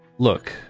Look